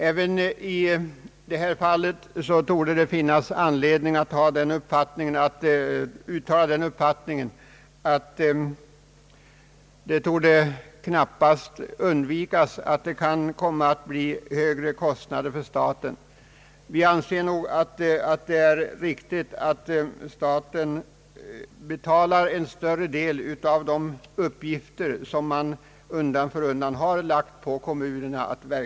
Även i detta fall finns det anledning att uttala den uppfattningen att högre kostnader för staten knappast torde kunna undvikas. Vi anser att det är riktigt att staten betalar en större del av de uppgifter som undan för undan har lagts på kommunerna.